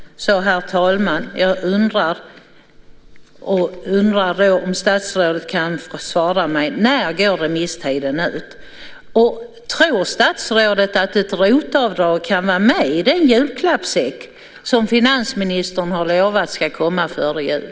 Herr talman! Jag undrar om statsrådet kan svara på när remisstiden går ut. Och tror statsrådet att ett ROT-avdrag kan vara med i den julklappssäck som finansministern har lovat ska komma före jul?